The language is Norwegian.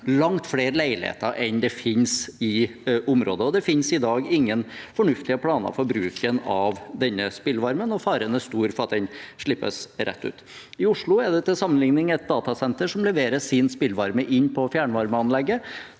langt flere leiligheter enn det finnes i området. Det finnes i dag ingen fornuftige planer for bruken av denne spillvarmen, og faren er stor for at den slippes rett ut. I Oslo er det til sammenligning et datasenter som leverer sin spillvarme inn på fjernvarmeanlegget.